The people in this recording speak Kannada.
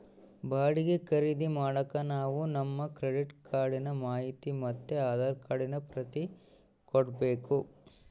ಬಾಡಿಗೆ ಖರೀದಿ ಮಾಡಾಕ ನಾವು ನಮ್ ಕ್ರೆಡಿಟ್ ಕಾರ್ಡಿನ ಮಾಹಿತಿ ಮತ್ತೆ ಆಧಾರ್ ಕಾರ್ಡಿನ ಪ್ರತಿ ಕೊಡ್ಬಕು